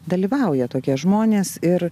dalyvauja tokie žmonės ir